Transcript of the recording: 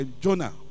Jonah